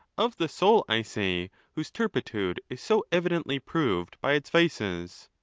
of the soul, i say, whose turpitude is so evidently proved by its vices.